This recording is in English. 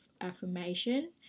affirmation